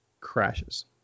crashes